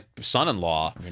son-in-law